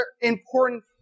important